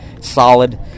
solid